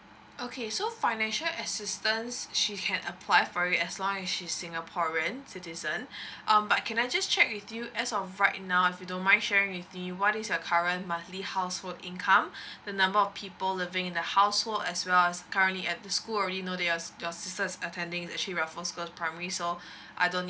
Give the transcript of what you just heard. okay so financial assistance she can apply for it as long as she's singaporean citizen um but can I just check with you as of right now if you don't mind sharing with me what is your current monthly household income the number of people living in the household as well as currently at the school uh I already know your sister is attending the raffles girls' primary so I don't